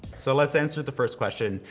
so let's answer the first question.